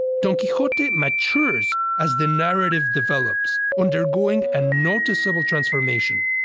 don quixote matures as the narrative develops, undergoing a noticeable transformation.